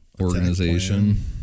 organization